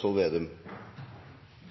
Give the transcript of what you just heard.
hovedspørsmål. Det er